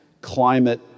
climate